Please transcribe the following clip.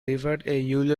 eulogy